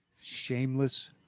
Shameless